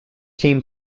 team